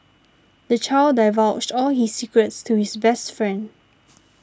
the child divulged all his secrets to his best friend